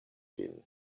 vin